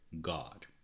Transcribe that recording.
God